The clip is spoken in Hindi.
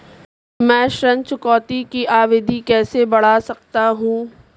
मैं ऋण चुकौती की अवधि कैसे बढ़ा सकता हूं?